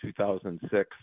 2006